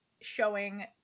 showing